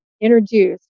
introduce